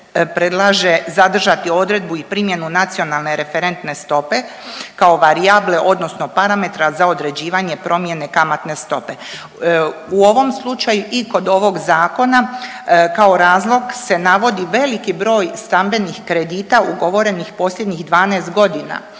predlaže zadržati odredbu i primjenu NRS kao varijable odnosno parametra za određivanje promjene kamatne stope. U ovom slučaju i kod ovog zakona kao razlog se navodi veliki broj stambenih kredita ugovorenih posljednjih 12.g.